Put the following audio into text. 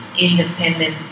independent